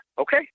okay